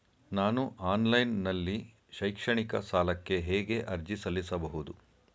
ನಾನು ಆನ್ಲೈನ್ ನಲ್ಲಿ ಶೈಕ್ಷಣಿಕ ಸಾಲಕ್ಕೆ ಹೇಗೆ ಅರ್ಜಿ ಸಲ್ಲಿಸಬಹುದು?